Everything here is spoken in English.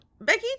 Becky